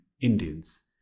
Indians